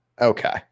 Okay